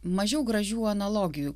mažiau gražių analogijų